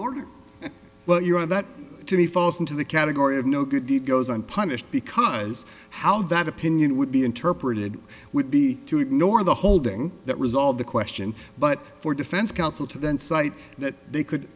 order but you know that to me falls into the category of no good deed goes unpunished because how that opinion would be interpreted would be to ignore the holding that resolve the question but for defense counsel to then cite that they could